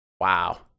wow